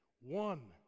one